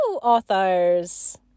authors